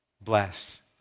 bless